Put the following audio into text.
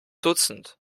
dutzend